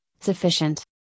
sufficient